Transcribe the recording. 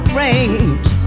range